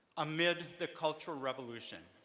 amid the cultural revolution,